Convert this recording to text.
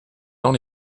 dans